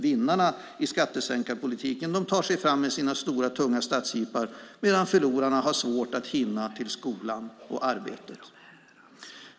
Vinnarna i skattesänkarpolitiken tar sig fram med sina stora, tunga stadsjeepar medan förlorarna har svårt att hinna till skolan och arbetet.